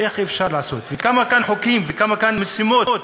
איך אפשר לעשות, וכמה כאן חוקים וכמה כאן משימות,